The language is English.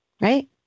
right